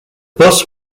bus